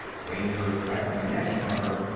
wayne heard private manetti mutter,